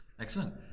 excellent